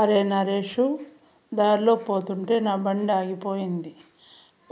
అరే, నరేసు దార్లో పోతుంటే నా బండాగిపోయింది,